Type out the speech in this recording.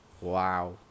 Wow